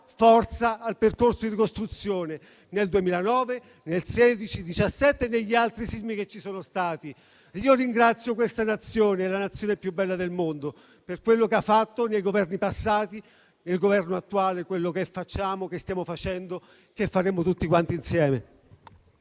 forza al percorso di ricostruzione nel 2009, nel 2016, nel 2017 e dopo gli altri sismi che ci sono stati. Io ringrazio questa Nazione, la più bella del mondo, per quello che ha fatto nei Governi passati, e il Governo attuale, per quello che facciamo, stiamo facendo e faremo tutti insieme.